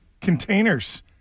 containers